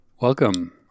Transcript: Welcome